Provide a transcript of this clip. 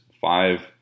five